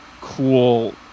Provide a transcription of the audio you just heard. cool